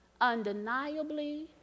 undeniably